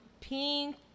pink